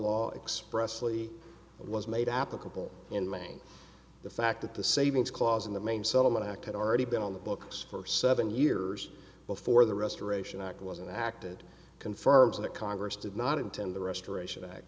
law expressly it was made applicable in maine the fact that the savings clause in the main settlement act had already been on the books for seven years before the restoration act was and acted confirms that congress did not intend the restoration ac